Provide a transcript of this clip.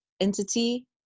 entity